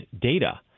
data